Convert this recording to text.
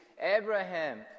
Abraham